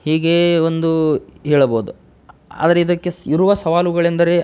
ಹೀಗೆಯೇ ಒಂದು ಹೇಳಬಹುದು ಆದರೆ ಇದಕ್ಕೆ ಇರುವ ಸವಾಲುಗಳೆಂದರೆ